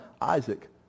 Isaac